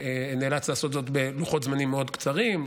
שנאלץ לעשות זאת בלוחות זמנים מאוד קצרים.